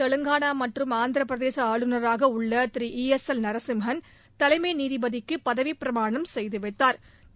தெலங்கானா மற்றும் ஆந்திர பிரதேச ஆளுநராக உள்ள திரு ஈ எஸ் எல் நரசிம்ஹன் தலைமை நீதிபதிக்கு பதவிப்பிரமாணம் செய்து வைத்தாா்